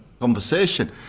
conversation